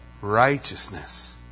righteousness